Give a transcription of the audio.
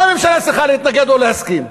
מה הממשלה צריכה להתנגד או להסכים?